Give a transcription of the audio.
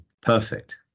perfect